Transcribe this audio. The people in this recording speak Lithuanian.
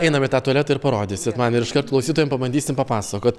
einam į tą tualetą ir parodysit man ir iškart klausytojam pabandysim papasakot